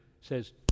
says